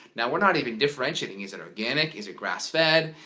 now we're not even differentiating, is it organic, is it grass-fed,